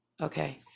Okay